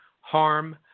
harm